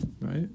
Right